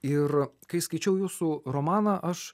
ir kai skaičiau jūsų romaną aš